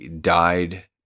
died